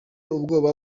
ubwoba